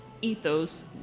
ethos